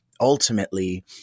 ultimately